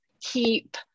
keep